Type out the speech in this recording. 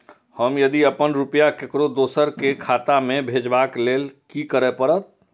हम यदि अपन रुपया ककरो दोसर के खाता में भेजबाक लेल कि करै परत?